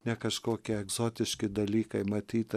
ne kažkokie egzotiški dalykai matyt